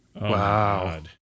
Wow